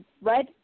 red